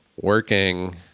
working